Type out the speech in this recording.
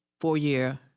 four-year